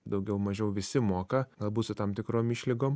daugiau mažiau visi moka galbūt su tam tikrom išlygom